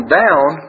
down